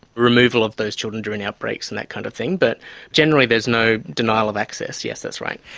removal of those children during outbreaks and that kind of thing but generally there's no denial of access. yes, that's right.